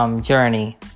journey